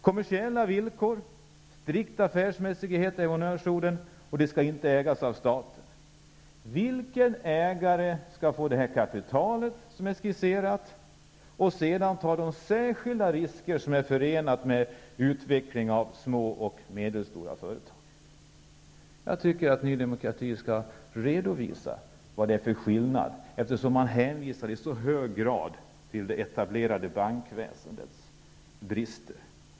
Kommersiella villkor och strikt affärsmässighet är honnörsorden, och bolaget skall inte ägas av staten. Vilken ägare skall få det kapital som är skisserat och sedan ta de särskilda risker som är förenade med utveckling av små och medelstora företag? Jag tycker att Ny demokrati skall redovisa vad det för skillnad, eftersom man i så hög grad hänvisar till det etablerade bankväsendets brister.